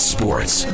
Sports